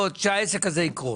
שהעסק הזה יקרוס.